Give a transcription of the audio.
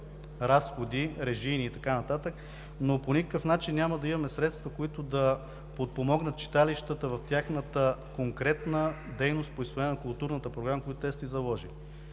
разходи – режийни и така нататък, но по никакъв начин няма да имаме средства, които да подпомогнат читалищата в тяхната конкретна дейност по изпълнение на културната програма, които те са си заложили.